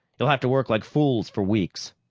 you'll have to work like fools for weeks.